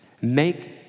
Make